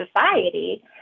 society